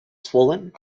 swollen